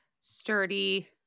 sturdy